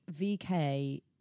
VK